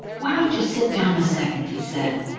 why don't you sit down a second? he said.